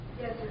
Yes